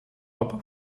lab